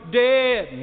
dead